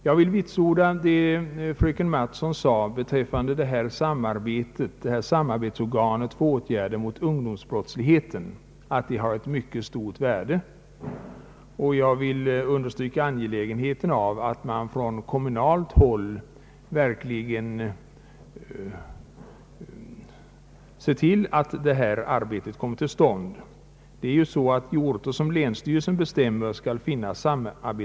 Jag vill vitsorda vad fröken Mattson sade om att samarbetsorganet för åtgärder mot ungdomsbrottsligheten har ett mycket stort värde, och jag vill understryka angelägenheten av att man från kommunalt håll verkligen understödjer detta arbete. Sådana samarbetsorgan skall finnas på orter som länsstyrelsen bestämmer.